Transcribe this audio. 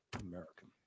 American